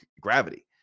gravity